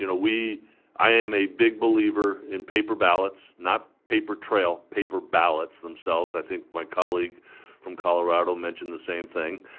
you know we i am a big believer in paper ballots, not paper trail, paper ballots themselves. i think my colleague from colorado mentioned the same thing.